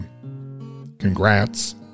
congrats